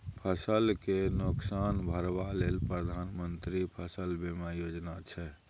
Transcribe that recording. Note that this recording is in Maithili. फसल केँ नोकसान भरबा लेल प्रधानमंत्री फसल बीमा योजना छै